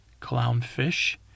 Clownfish